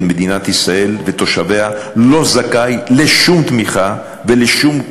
מדינת ישראל ותושביה לא זכאי לשום תמיכה ולשום קצבה,